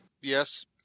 Yes